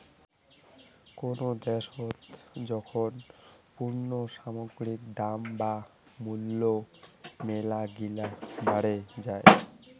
কোনো দ্যাশোত যখন পণ্য সামগ্রীর দাম বা মূল্য মেলাগিলা বাড়িং যাই